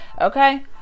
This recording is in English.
Okay